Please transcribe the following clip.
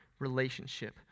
relationship